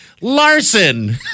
Larson